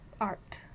art